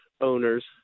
owners